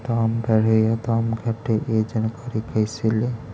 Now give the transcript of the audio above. दाम बढ़े या दाम घटे ए जानकारी कैसे ले?